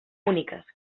úniques